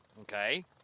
Okay